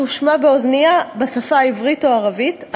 תושמע באוזנייה בשפה העברית או הערבית,